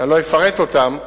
שאני לא אפרט אותם,